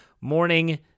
morning